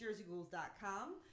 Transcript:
jerseyghouls.com